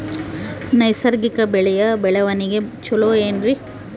ನೈಸರ್ಗಿಕ ಬೆಳೆಯ ಬೆಳವಣಿಗೆ ಚೊಲೊ ಏನ್ರಿ?